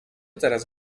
teraz